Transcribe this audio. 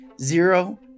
zero